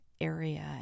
area